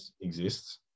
exists